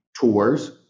tours